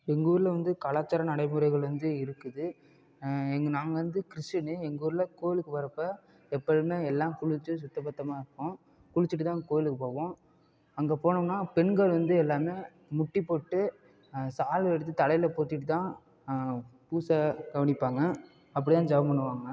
எங்கள் ஊர்ல வந்து கலாச்சார நடைமுறைகள் வந்து இருக்குது எங்கள் நாங்கள் வந்து கிறிஸ்டினு எங்கள் ஊர்ல கோயிலுக்கு வரப்போ எப்பொழுதுமே எல்லாம் குளித்து சுத்தபத்தமாகருப்போம் குளிச்சிட்டுதான் கோயிலுக்கு போவோம் அங்கே போனோம்னால் பெண்கள் வந்து எல்லாமே முட்டி போட்டு சால்வை எடுத்து தலையில் போத்திகிட்டுதான் பூஜை கவனிப்பாங்கள் அப்படிதான் ஜெபம் பண்ணுவாங்கள்